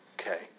Okay